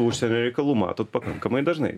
užsienio reikalų matot pakankamai dažnai